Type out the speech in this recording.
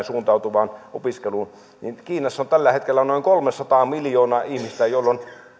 suuntautuvaan opiskeluun niin kiinassa on tällä hetkellä noin kolmesataa miljoonaa ihmistä joilla on